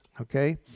okay